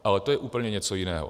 Ale to je úplně něco jiného.